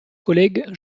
collègues